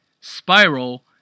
Spiral